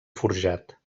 forjat